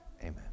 Amen